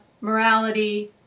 morality